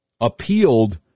appealed